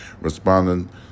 responding